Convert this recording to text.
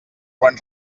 quan